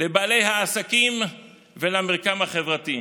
לבעלי העסקים ולמרקם החברתי.